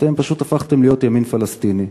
אתם פשוט הפכתם להיות ימין פלסטיני.